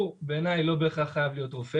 הוא בעייני לא בהכרח חייב להיות רופא.